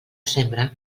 sembre